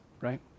right